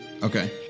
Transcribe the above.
Okay